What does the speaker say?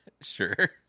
Sure